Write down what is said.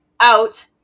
out